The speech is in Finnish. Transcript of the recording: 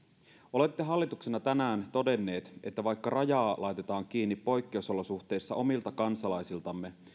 olette hallituksena tänään todenneet että vaikka raja laitetaan kiinni poikkeusolosuhteissa omilta kansalaisiltamme